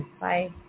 Bye